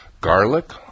garlic